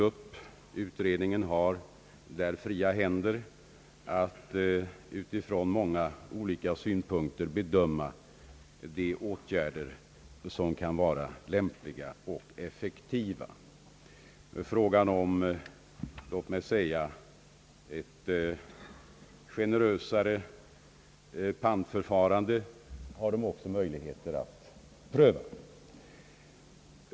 Utredningen har fria händer att utifrån många olika synpunkter bedöma de åtgärder som kan vara lämpliga och effektiva. Frågan om låt mig säga ett generösare pantförfarande har utredningen också möjligheter att pröva.